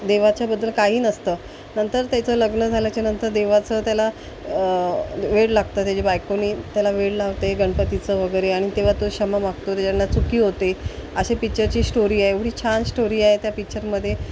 देवाबद्दल काही नसतं नंतर त्याचं लग्न झाल्यानंतर देवाचं त्याला वेड लागतं त्याचे बायकोने त्याला वेड लावते गणपतीचं वगैरे आणि तेव्हा तो क्षमा मागतो त्याच्याकडून चुकी होते असे पिच्चरची स्टोरी आहे एवढी छान स्टोरी आहे त्या पिच्चरमध्ये